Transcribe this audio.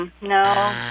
no